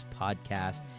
podcast